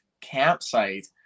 campsite